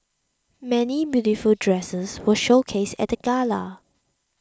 many beautiful dresses were showcased at the gala